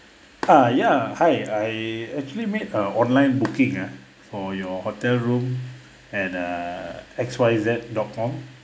uh yeah hi I actually made a online booking ah for your hotel room at uh X Y Z dot com